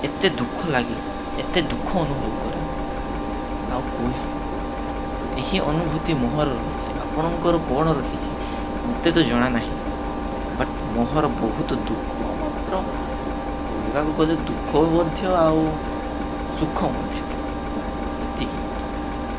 ଏତେ ଦୁଃଖ ଲାଗେ ଏତେ ଦୁଃଖ ଅନୁଭବ କରେ ଆଉ କହ ଏହି ଅନୁଭୂତି ମୋହର ରହିଛିି ଆପଣଙ୍କର କ'ଣ ରଖିଛି ମୋତେ ତ ଜଣା ନାହିଁ ବଟ୍ ମୋହର ବହୁତ ଦୁଃଖ ମାତ୍ର କହିବାକୁ ଗଲେ ଦୁଃଖ ମଧ୍ୟ ଆଉ ସୁଖ ମଧ୍ୟ ଏତିକି